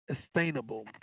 sustainable